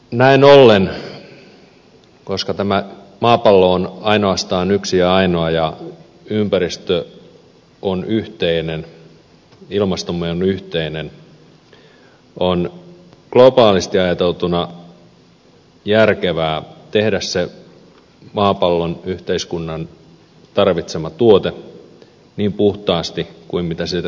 näin ollen koska tämä maapallo on ainoastaan yksi ja ainoa ja ympäristö on yhteinen ilmastomme on yhteinen on globaalisti ajateltuna järkevää tehdä se maapallon yhteiskunnan tarvitsema tuote niin puhtaasti kuin se pystytään tekemään